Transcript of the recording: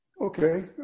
Okay